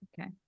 Okay